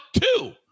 two